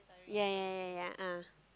yea yea yea yea ah